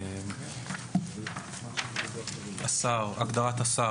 יימחקו, (5)בהגדרה "השר"